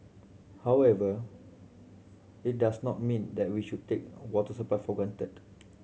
however it does not mean that we should take water supply for granted